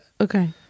Okay